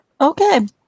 Okay